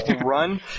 Run